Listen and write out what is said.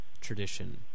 tradition